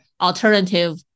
alternative